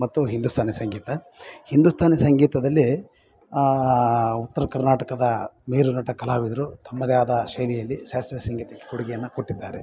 ಮತ್ತು ಹಿಂದೂಸ್ತಾನಿ ಸಂಗೀತ ಹಿಂದೂಸ್ತಾನಿ ಸಂಗೀತದಲ್ಲಿ ಉತ್ರಕರ್ನಾಟಕದ ಮೇರು ನಟ ಕಲಾವಿದರು ತಮ್ಮದೇ ಆದ ಶೈಲಿಯಲ್ಲಿ ಶಾಸ್ತ್ರೀಯ ಸಂಗೀತಕ್ಕೆ ಕೊಡುಗೆಯನ್ನು ಕೊಟ್ಟಿದ್ದಾರೆ